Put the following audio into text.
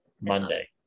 Monday